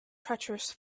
treacherous